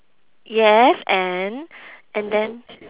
yes and and then